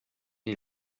die